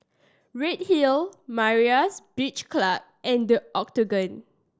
Redhill Myra's Beach Club and The Octagon